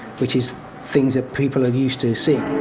which is things that people are used to seeing.